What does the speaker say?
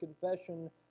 Confession